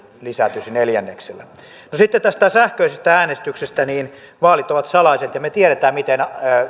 lisääntyisi neljänneksellä no sitten tästä sähköisestä äänestyksestä vaalit ovat salaiset ja me tiedämme miten